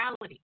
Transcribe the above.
reality